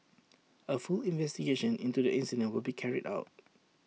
A full investigation into the incident will be carried out